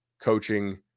coaching